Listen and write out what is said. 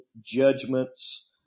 judgments